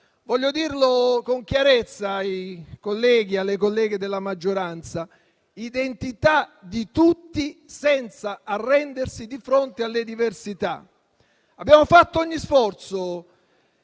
Voglio dirlo con chiarezza ai colleghi e alle colleghe della maggioranza: identità di tutti, senza arrendersi di fronte alle diversità. Abbiamo fatto ogni sforzo